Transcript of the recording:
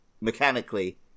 mechanically